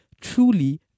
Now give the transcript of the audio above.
truly